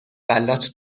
غلات